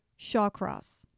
Shawcross